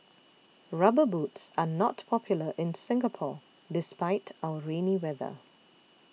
rubber boots are not popular in Singapore despite our rainy weather